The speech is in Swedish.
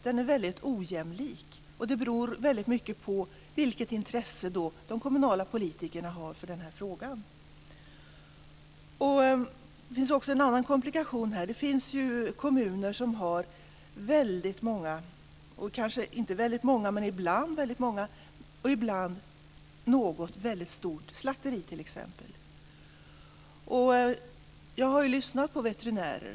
Den är väldigt ojämlik, och det beror väldigt mycket på vilket intresse de kommunala politikerna har för den här frågan. Det finns också en annan komplikation här. Det finns kommuner som har väldigt många slakterier eller något väldigt stort slakteri. Jag har lyssnat på veterinärer.